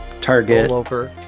target